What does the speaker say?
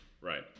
Right